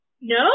No